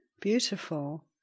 beautiful